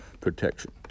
protection